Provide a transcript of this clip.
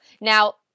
Now